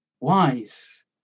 wise